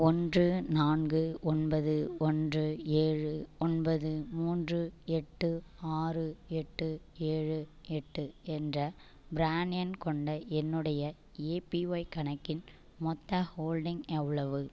ஒன்று நான்கு ஒன்பது ஒன்று ஏழு ஒன்பது மூன்று எட்டு ஆறு எட்டு ஏழு எட்டு என்ற ப்ரான் கொண்ட என்னுடைய ஏபிஒய் கணக்கின் மொத்த ஹோல்டிங் எவ்வளவு